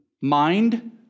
mind